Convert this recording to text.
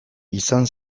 izan